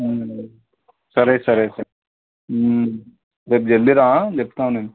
సరే సరే రేపు జల్ది రా అని చెప్తున నేను